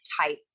type